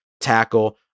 tackle